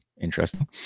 Interesting